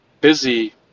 busy